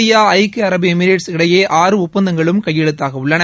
India ஐக்கிய அரபு Emirates இடையே ஆறு ஒப்பந்தங்களும் கையெழுத்தாகவுள்ளன